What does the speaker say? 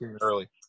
Early